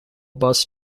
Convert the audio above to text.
bus